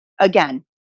again